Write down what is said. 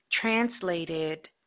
translated